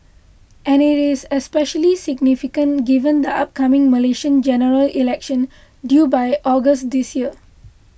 and it is especially significant given the upcoming Malaysian General Election due by August this year